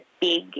big